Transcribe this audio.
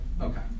Okay